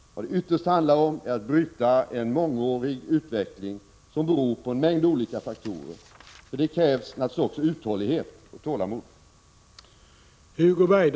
Vad det ytterst handlar om är att bryta en mångårig utveckling som beror på en mängd olika faktorer. För det krävs naturligtvis också uthållighet och tålamod.